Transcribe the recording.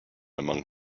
among